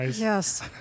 yes